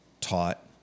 taught